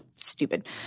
Stupid